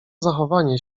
zachowanie